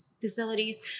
facilities